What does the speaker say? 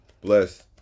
bless